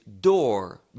door